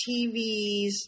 TVs